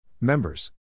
Members